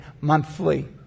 monthly